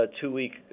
two-week